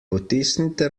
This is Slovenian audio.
potisnite